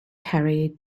carried